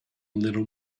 little